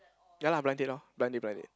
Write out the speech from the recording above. ya lah blind date lor blind date blind date